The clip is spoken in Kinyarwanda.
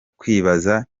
kwibaza